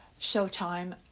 Showtime